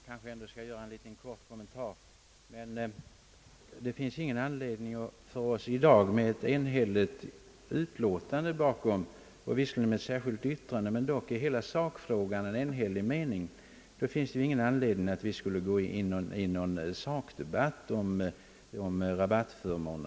Herr talman! Jag skall endast göra en kort kommentar. Det finns ingen anledning för oss i dag att ta upp en sakdebatt om rabattförmåner och liknande ting. Visserligen föreligger ett särskilt yttrande, men i huvudfrågan har dock utskottet en enhällig mening.